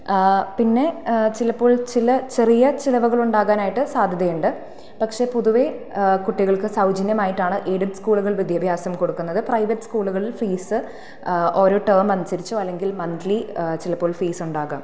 പിന്നെ ചിലപ്പോൾ ചില ചെറിയ ചിലവുകൾ ഉണ്ടാകാനായിട്ട് സാധ്യതയുണ്ട് പക്ഷെ പൊതുവെ കുട്ടികൾക്ക് സൗജന്യമായിട്ടാണ് എയിഡഡ് സ്കൂളുകൾ വിദ്യാഭ്യാസം കൊടുക്കുന്നത് പ്രൈവറ്റ് സ്കൂളുകളിൽ ഫീസ് ഓരോ ടെമ് അനുസരിച്ചോ അല്ലെങ്കിൽ മന്തിലി ചിലപ്പോൾ ഫീസുണ്ടാകാം